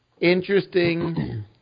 interesting